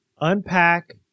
unpack